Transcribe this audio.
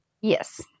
Yes